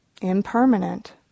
impermanent